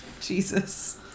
Jesus